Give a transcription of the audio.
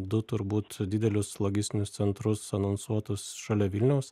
du turbūt didelius logistinius centrus anonsuotus šalia vilniaus